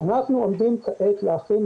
שברגע שזו תהיה ההצעה שעומדת על הפרק,